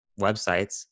websites